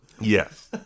Yes